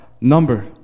number